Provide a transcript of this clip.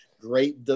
Great